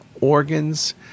organs